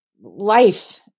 life